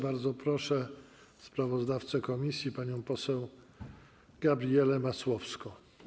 Bardzo proszę sprawozdawcę komisji panią poseł Gabrielę Masłowską.